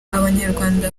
abanyarwanda